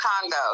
Congo